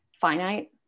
finite